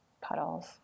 puddles